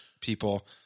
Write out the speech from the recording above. People